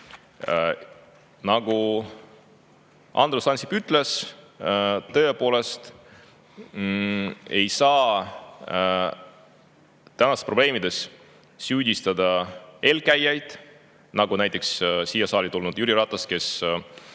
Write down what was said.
Nagu Andrus Ansip ütles, tõepoolest ei saa tänastes probleemides süüdistada eelkäijaid, näiteks siia saali tulnud Jüri Ratast, kes